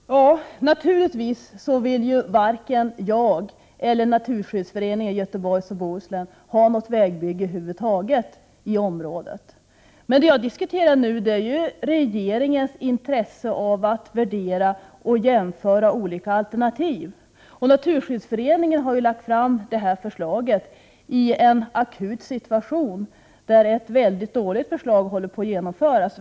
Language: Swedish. Herr talman! Naturligtvis vill varken jag eller Naturskyddsföreningen i Göteborgs och Bohus län ha något vägbygge över huvud taget i området. Men det jag diskuterar nu är regeringens intresse av att värdera och jämföra olika alternativ, och Naturskyddsföreningen har lagt fram sitt förslag i en akut situation, där ett väldigt dåligt förslag håller på att genomföras.